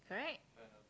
correct